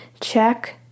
Check